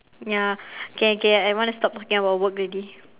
ya okay okay I'm going to stop talking about work already